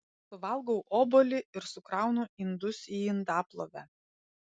suvalgau obuolį ir sukraunu indus į indaplovę